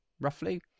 roughly